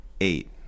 Eight